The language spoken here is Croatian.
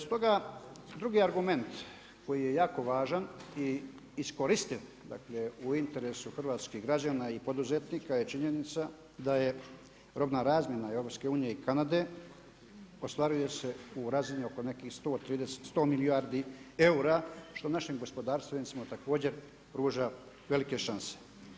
Stoga drugi argument koji je jako važan i iskoristiv, dakle u interesu hrvatskih građana i poduzetnika je činjenica da je robna razmjena EU i Kanade ostvaruje se u razini oko nekih 130, 100 milijardi eura što našem gospodarstvu recimo također pruža velike šanse.